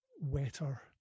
wetter